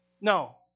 No